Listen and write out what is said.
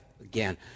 again